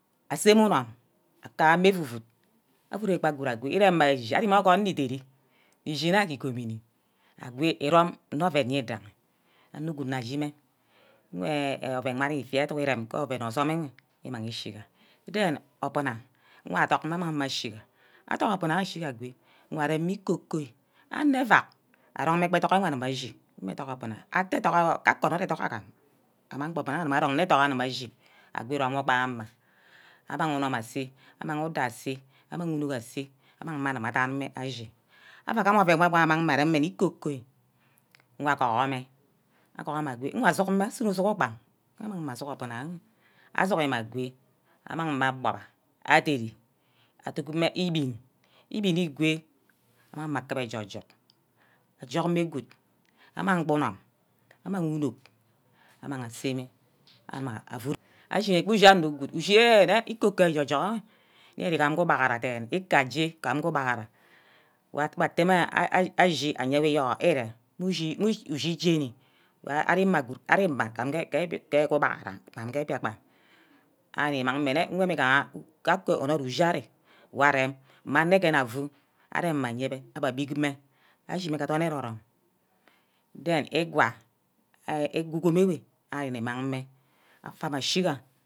Aseme unum akame evud-vud, avud gba gude ago ireme ashi-shi ari mme orgon idere, ishi-nna ke igomini, ago irome nne oven widaghi anor good na ashime mme oven wor ari nne fait aduck erem ke oven osume nwe imangi eshi then orbuna mga aduck mme amang ashige, aduck mme orbuna ashinna agwe areme ikoi-koi anor eveck arong mme gbe aduck mme among ashi mme educk orbuni atte kake educk agam anang gba ordina wor arong nne educk agume ashi, ago irome wor gba ama, amang unum asay, amang uda asay, amang unok asay amang mani ame adan mme ashi, ava gamah oven wor ava rong mme nne ikoi-koi, nga goho mme, agohome agowe nga sunor ugi-ubang amang mme asuho orbina-wor, asuhu mma agwe amang mme agbug adere, aduck mme ibin, ibini egwe amang mme akuba ejork-jork, ajork mme good amang unum, amang unok amang aseme amang guud, ashike ushea anor good ushenne ikoi-koi eje-jug enwe yene ugam gba ubaghera deene ekaje gam ke ubaghara wor iteme ashi ayour-iyourhu ire mme ushi jeni ari ima good, ari ima gaje ke ubaghara, gam ke biakpan, ari imang meh nne worna imigha kake onort ushi ari wor arem mme anegene afu arem-ma ayebe abbe agbid mme ashime ke adorn ero-rome then igwa, igwa ugom enwe arini-mang mme afame ashiga.